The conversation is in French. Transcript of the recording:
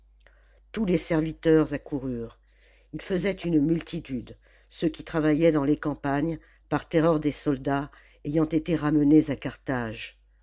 tous les serviteurs accoururent ils faisaient une multitude ceux qui travaillaient dans les campagnes par terreur des soldats ayant été ramenés à carthage